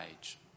age